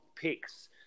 picks –